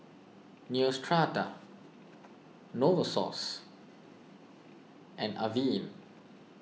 Neostrata Novosource and Avene